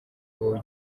wowe